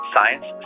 Science